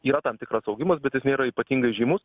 yra tam tikras augimas bet jis nėra ypatingai žymus